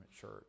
church